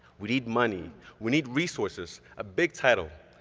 we need money, we need resources, a big title,